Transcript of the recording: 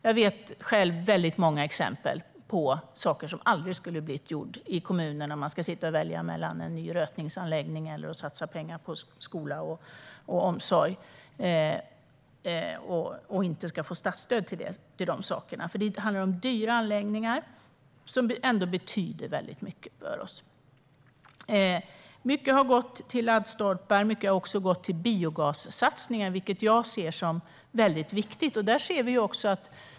Jag vet många exempel på saker som aldrig skulle ha gjorts i kommunerna om man inte hade fått statsstöd, till exempel när man ska välja mellan en ny rötningsanläggning eller att satsa pengar på skola och omsorg. Det handlar om dyra anläggningar som dock betyder mycket för oss. Mycket har gått till laddstolpar. Mycket har också gått till biogassatsningar. Det ser jag som viktigt.